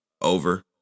over